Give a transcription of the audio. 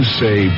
say